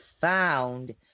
found